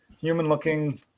human-looking